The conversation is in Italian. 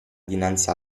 dinanzi